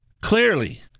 Clearly